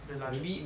the largest